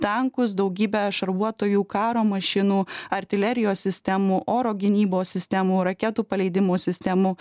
tankus daugybę šarvuotojų karo mašinų artilerijos sistemų oro gynybos sistemų raketų paleidimo sistemų